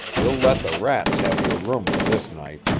you'll let the rats have your room for this night,